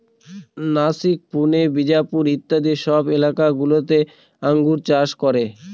নাসিক, পুনে, বিজাপুর ইত্যাদি সব এলাকা গুলোতে আঙ্গুর চাষ করে